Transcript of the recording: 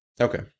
Okay